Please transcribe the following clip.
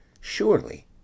Surely